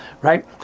right